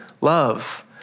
love